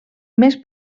més